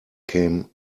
came